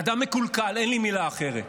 אדם מקולקל, אין לי מילה אחרת.